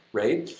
right?